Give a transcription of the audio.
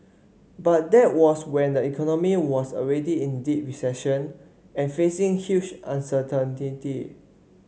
but that was when the economy was already in deep recession and facing huge